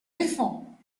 défends